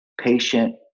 patient